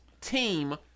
team